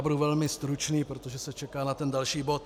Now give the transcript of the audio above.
Budu velmi stručný, protože se čeká na další bod.